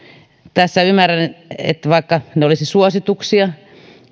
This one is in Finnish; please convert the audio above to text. tässä ymmärrän että vaikka ne olisivat suosituksia